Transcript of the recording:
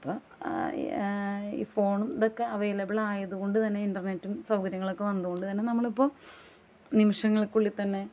ഇപ്പം ഈ ഫോണും ഇതൊക്കെ അവൈലബിൾ ആയത് കൊണ്ട് തന്നെ ഇൻറ്റർനെറ്റും സൗകര്യങ്ങളുമൊക്കെ വന്നത് കൊണ്ട് തന്നെ നമ്മൾ ഇപ്പോൾ നിമിഷങ്ങൾക്കുള്ളിൽ തന്നെ